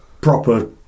proper